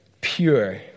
pure